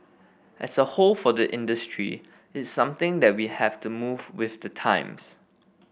as a whole for the industry it's something that we have to move with the times